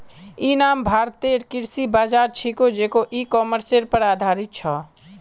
इ नाम भारतेर कृषि बाज़ार छिके जेको इ कॉमर्सेर पर आधारित छ